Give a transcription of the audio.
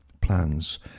plans